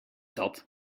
dat